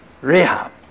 rehab